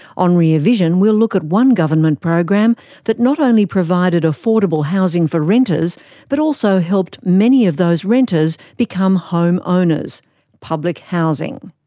on rear vision we'll look at one government program that not only provided affordable housing for renters but also helped many of those renters become home owners public housing.